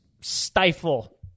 stifle—